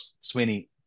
Sweeney